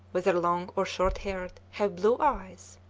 whether long or short haired, have blue eyes.